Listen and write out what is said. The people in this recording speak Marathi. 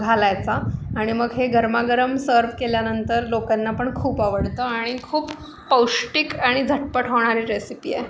घालायचा आणि मग हे गरमागरम सर्व केल्यानंतर लोकांना पण खूप आवडतं आणि खूप पौष्टिक आणि झटपट होणारी रेसिपी आहे